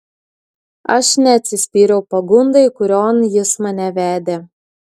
aš neatsispyriau pagundai kurion jis mane vedė